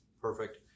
Perfect